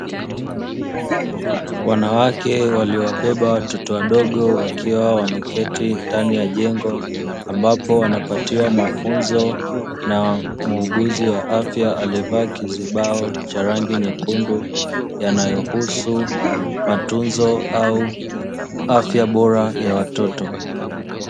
Wanawake walio wababa watoto wadogo wakiwa wameketi ndani ya jengo, ambapo upatiwa mafunzo na muuguzi wa afya aliyevaa kizibao cha rangi nyekundu; yanayohusu mafunzo au afya bora ya watoto.